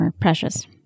precious